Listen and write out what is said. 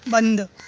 बंद